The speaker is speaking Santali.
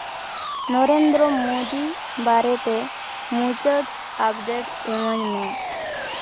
ᱱᱚᱨᱮᱱᱫᱨᱚ ᱢᱳᱫᱤ ᱵᱟᱨᱮᱛᱮ ᱢᱩᱪᱟᱹᱫ ᱟᱯᱰᱮᱴ ᱮᱢᱟᱹᱧᱢᱮ